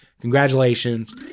Congratulations